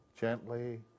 gently